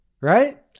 right